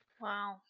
Wow